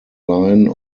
line